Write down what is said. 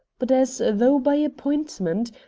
but as though by appointment,